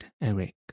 Eric